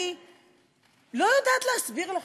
אני לא יודעת להסביר לך,